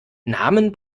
namen